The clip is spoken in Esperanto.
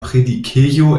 predikejo